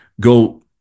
go